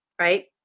right